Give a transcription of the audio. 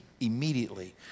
immediately